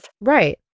right